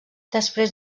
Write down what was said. després